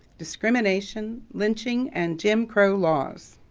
discrimination, lynching and jim crow laws.